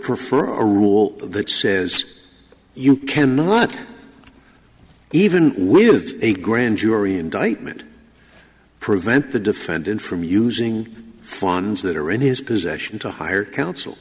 prefer a rule that says you cannot even with a grand jury indictment prevent the defendant from using funds that are in his possession to hire counsel